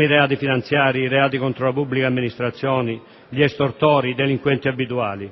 i reati finanziari e contro la pubblica amministrazione, gli estortori, i delinquenti abituali.